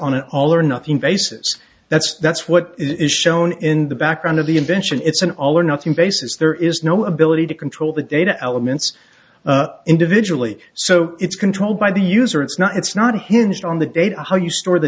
on an all or nothing basis that's that's what is shown in the background of the invention it's an all or nothing basis there is no ability to control the data elements individually so it's controlled by the user it's not it's not hinged on the data how you store the